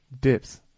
dips